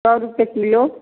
सौ रुपये किलो